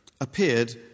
appeared